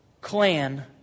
clan